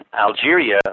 Algeria